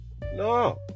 No